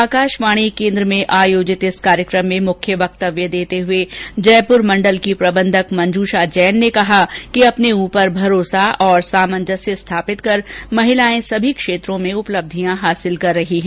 आकाशवाणी केन्द्र में आयोजित इस कार्यकम में मुख्य वक्तव्य देते हुए जयपुर मण्डल की प्रबंधक मंजूषा जैन ने कहा कि अपने ऊपर भरोसा और सामंजस्य स्थापित कर महिलाए सभी क्षेत्रों में उपलब्धियां हासिल कर रही हैं